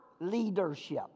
leadership